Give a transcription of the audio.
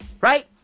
Right